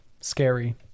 scary